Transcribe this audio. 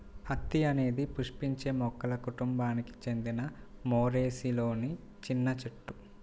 అత్తి అనేది పుష్పించే మొక్కల కుటుంబానికి చెందిన మోరేసిలోని చిన్న చెట్టు